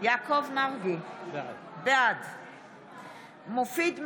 יעקב מרגי, בעד מופיד מרעי,